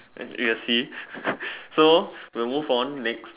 you will see so we will move on next